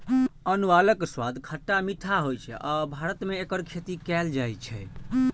आंवलाक स्वाद खट्टा मीठा होइ छै आ भारत मे एकर खेती कैल जाइ छै